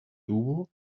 tubo